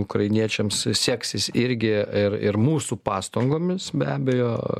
ukrainiečiams seksis irgi ir ir mūsų pastangomis be abejo